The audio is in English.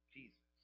Jesus